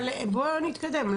בואו נתקדם.